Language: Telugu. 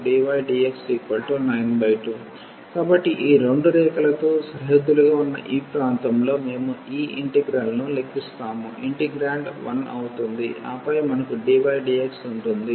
12x2x2dydx92 కాబట్టి ఈ రెండు రేఖ లతో సరిహద్దులుగా ఉన్న ఈ ప్రాంతంలో మేము ఈ ఇంటిగ్రల్ ను లెక్కిస్తాము ఇంటిగ్రేండ్ 1 అవుతుంది ఆపై మనకు dy dx ఉంటుంది